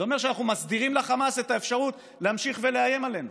זה אומר שאנחנו מסדירים לחמאס את האפשרות להמשיך ולאיים עלינו.